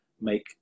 make